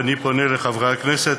ואני פונה לחברי הכנסת,